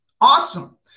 Awesome